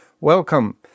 Welcome